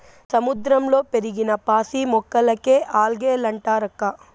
సముద్రంలో పెరిగిన పాసి మొక్కలకే ఆల్గే లంటారక్కా